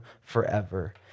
forever